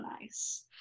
nice